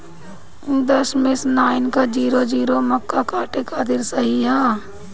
दशमेश nine one zero zero मक्का काटे खातिर सही ह?